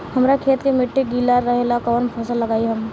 हमरा खेत के मिट्टी गीला रहेला कवन फसल लगाई हम?